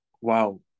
wow